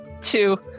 Two